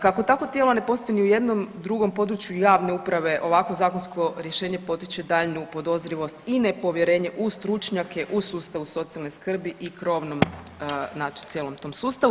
Kako takvo tijelo ne postoji ni u jednom drugom području javne uprave ovakvo zakonsko rješenje potiče daljnju podozrivnost i nepovjerenje u stručnjake u sustavu socijalne skrbi i krovnom znači cijelom tom sustavu.